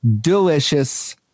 delicious